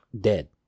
Dead